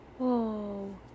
Whoa